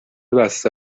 بسته